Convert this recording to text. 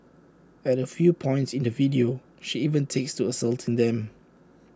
at A few points in the video she even takes to assaulting them